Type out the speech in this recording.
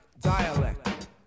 Dialect